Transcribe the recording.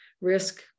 risk